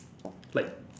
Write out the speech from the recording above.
like